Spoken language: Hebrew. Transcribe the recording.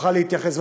נוכל להתייחס.